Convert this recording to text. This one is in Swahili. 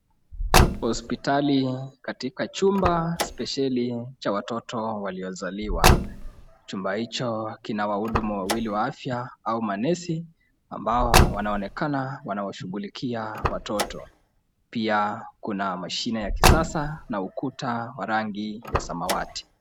Hospitli, katika chumba spesheli cha watoto waliozaliwa. Chumba hicho kina wahudumu wawili wa afya au manesi ambao wanaonekana wanashughulikia watoto. Pia kuna mashine ya kisasa na ukuta wa rangi ya samawati.